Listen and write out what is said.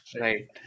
Right